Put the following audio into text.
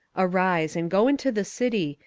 arise, and go into the city,